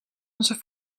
onze